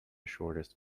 shortest